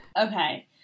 Okay